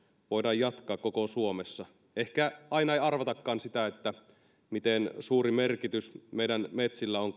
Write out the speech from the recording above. voidaan jatkaa koko suomessa ehkä aina ei arvatakaan miten suuri merkitys meidän metsillä on